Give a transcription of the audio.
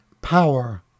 Power